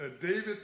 David